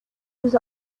روز